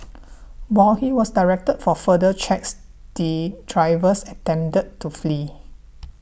while he was directed for further checks the drivers attempted to flee